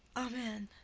amen!